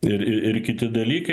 ir ir kiti dalykai